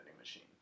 machine